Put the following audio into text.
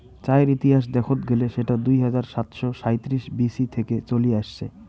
চায়ের ইতিহাস দেখত গেলে সেটা দুই হাজার সাতশ সাঁইত্রিশ বি.সি থেকে চলি আসছে